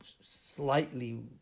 slightly